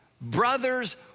brother's